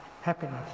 happiness